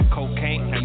Cocaine